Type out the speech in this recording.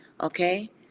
okay